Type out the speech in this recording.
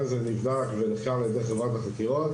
נבדק ונחקר על ידי חברת החקירות.